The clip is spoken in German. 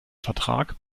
vertrag